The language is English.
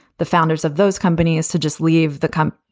the founders of those companies, to just leave the camp,